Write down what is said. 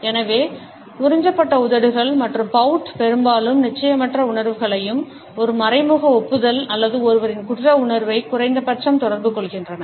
எனவே உறிஞ்சப்பட்ட உதடுகள் மற்றும் பவுட் பெரும்பாலும் நிச்சயமற்ற உணர்வுகளையும் ஒரு மறைமுக ஒப்புதல் அல்லது ஒருவரின் குற்ற உணர்வை குறைந்தபட்சம் தொடர்பு கொள்கின்றன